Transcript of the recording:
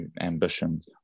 ambitions